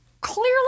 clearly